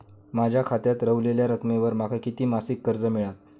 माझ्या खात्यात रव्हलेल्या रकमेवर माका किती मासिक कर्ज मिळात?